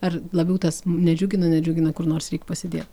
ar labiau tas nedžiugina nedžiugina kur nors reik pasidėt